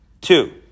two